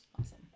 Awesome